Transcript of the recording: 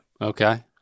Okay